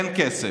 אין כסף.